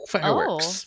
Fireworks